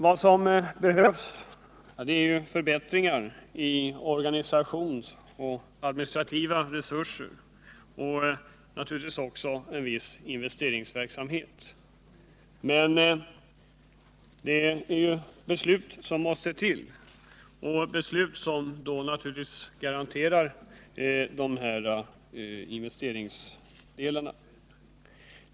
Vad som behövs är förbättringar i organisationsoch administrativa rutiner och naturligtvis också en viss investeringsverksamhet. Men det är beslut som måste till, beslut som garanterar dessa investeringar.